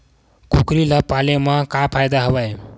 कुकरी ल पाले म का फ़ायदा हवय?